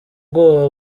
bwoba